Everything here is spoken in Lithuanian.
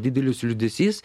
didelis liūdesys